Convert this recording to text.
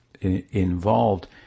involved